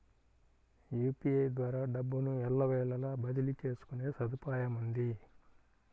UPI ద్వారా డబ్బును ఎల్లవేళలా బదిలీ చేసుకునే సదుపాయముంది